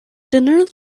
dinner